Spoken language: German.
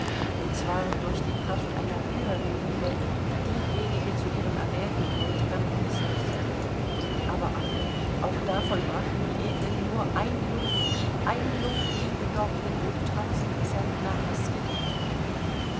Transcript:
und zwar durch die kraft einer höheren liebe diejenige zu ihrem erwählten bräutigam christus aber ach auch davon brachten die edlen nur ein lot ein lot liebe dorthin wo tausend centner haß gewütet